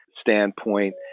standpoint